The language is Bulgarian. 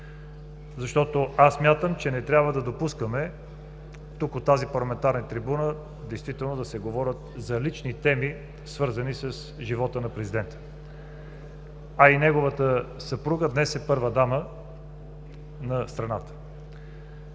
защото аз смятам, че не трябва да допускаме от тази парламентарна трибуна да се говори за лични теми, свързани с живота на президента, а и неговата съпруга днес е първа дама на страната.